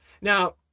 Now